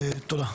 תודה.